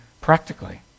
practically